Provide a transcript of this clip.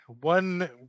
one